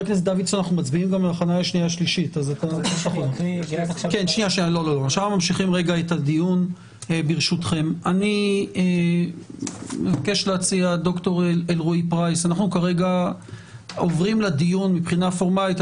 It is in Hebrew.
מכאן אנחנו עוברים לדיון מבחינה פורמלית.